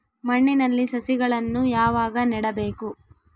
ಮಣ್ಣಿನಲ್ಲಿ ಸಸಿಗಳನ್ನು ಯಾವಾಗ ನೆಡಬೇಕು?